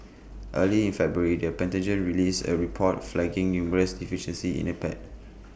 early in February the Pentagon released A report flagging numerous deficiencies in the pad